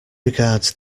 regards